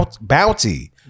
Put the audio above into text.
Bounty